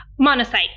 Monocyte